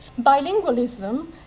Bilingualism